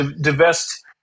divest